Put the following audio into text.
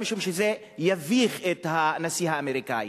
משום שזה יביך את הנשיא האמריקני.